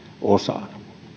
osaan